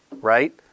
Right